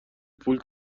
پول